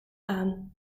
aan